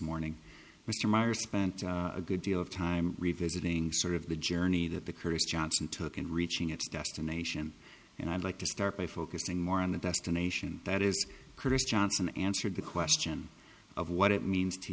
morning mr meyer spent a good deal of time revisiting sort of the journey that the koreas johnson took in reaching its destination and i'd like to start by focusing more on the destination that is chris johnson answered the question of what it means to